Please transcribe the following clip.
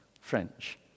French